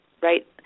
right